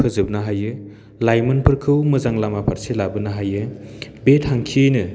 फोजोबनो हायो लाइमोनफोरखौ मोजां लामा फारसे लाबोनो हायो बे थांखियैनो